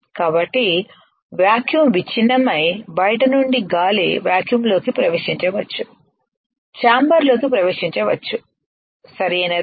కాబట్టి వాక్యూం విచ్ఛిన్నమై బయటి నుండి గాలి వాక్యూంలోకి ప్రవేశించవచ్చు చాంబర్లోకి ప్రవేశించవచ్చు సరియైనదా